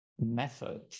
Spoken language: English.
method